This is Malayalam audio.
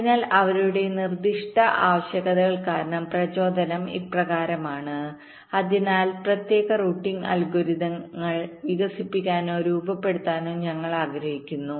അതിനാൽ അവരുടെ നിർദ്ദിഷ്ട ആവശ്യകതകൾ കാരണം പ്രചോദനം ഇപ്രകാരമാണ് അതിനാൽ പ്രത്യേക റൂട്ടിംഗ് അൽഗോരിതങ്ങൾ വികസിപ്പിക്കാനോ രൂപപ്പെടുത്താനോ ഞങ്ങൾ ആഗ്രഹിക്കുന്നു